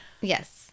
Yes